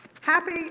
Happy